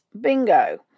Bingo